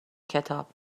کتاب